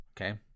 Okay